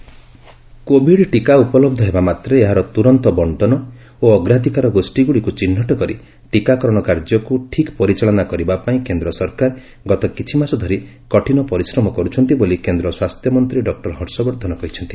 Covid ଟିକା covid ଟିକା ଉପଲବ୍ଧ ହେବା ମାତ୍ରେ ଏହାର ତୁରନ୍ତ ବର୍ଷନ ଓ ଅଗ୍ରାଧିକାର ଗୋଷ୍ଠୀ ଗୁଡ଼ିକୁ ଚିହ୍ନଟ କରି ଟିକାକରଣ କାର୍ଯ୍ୟକୁ ଠିକ୍ ପରିଚାଳନା କରିବା ପାଇଁ କେନ୍ଦ୍ର ସରକାର ଗତକିଛି ମାସ ଧରି କଠିନ ପରିଶ୍ରମ କରୁଛନ୍ତି ବୋଲି କେନ୍ଦ୍ର ସ୍ୱାସ୍ଥ୍ୟ ମନ୍ତ୍ରୀ ଡକ୍ଟର ହର୍ଷବର୍ଦ୍ଧନ କହିଛନ୍ତି